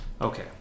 Okay